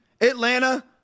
Atlanta